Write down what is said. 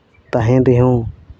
ᱛᱟᱦᱮᱱ ᱨᱮᱦᱚᱸ